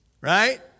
right